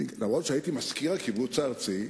אף-על-פי שהייתי מזכיר הקיבוץ הארצי,